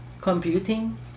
computing